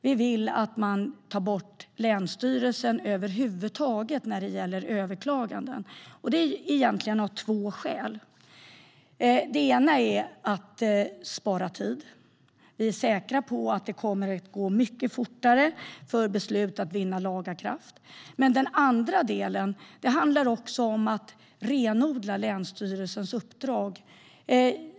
Vi vill att man tar bort länsstyrelsen över huvud taget när det gäller överklaganden. Det är egentligen av två skäl. Det ena är att spara tid. Vi är säkra på att det kommer att gå mycket fortare för beslut att vinna laga kraft. Det andra handlar om att renodla länsstyrelsens uppdrag.